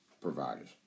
providers